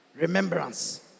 Remembrance